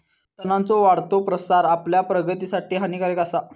तणांचो वाढतो प्रसार आपल्या प्रगतीसाठी हानिकारक आसा